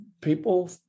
people